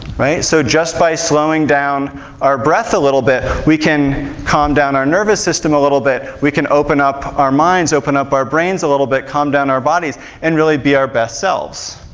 so just by slowing down our breath a little bit, we can calm down our nervous system a little bit, we can open up our minds, open up our brains a little bit, calm down our bodies, and really be our best selves.